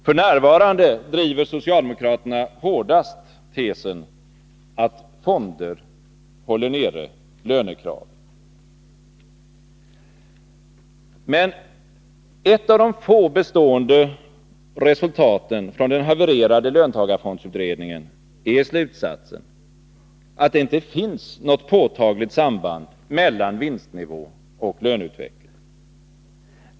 F. n. driver socialdemokraterna hårdast tesen att fonder håller nere lönekraven. Men ett av de få bestående resultaten från den havererade löntagarfondsutredningen är slutsatsen att det inte finns något påtagligt samband mellan vinstnivå och löneutveckling.